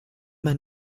man